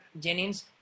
Jennings